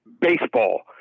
baseball